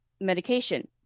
medication